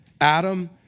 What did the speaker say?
Adam